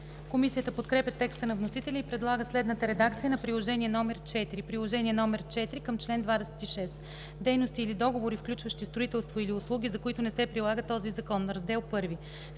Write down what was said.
Комисията подкрепя текста на вносителя и предлага следната редакция на Приложение № 4: „Приложение № 4 към чл. 26 Дейности или договори, включващи строителство или услуги, за които не се прилага този закон Раздел I